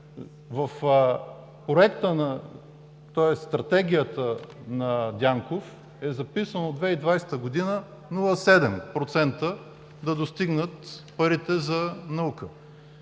науката. В стратегията на Денков е записано 2020 г. 0,7% да достигнат парите за наука.